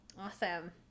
Awesome